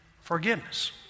forgiveness